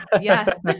Yes